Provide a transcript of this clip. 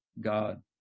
God